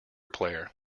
player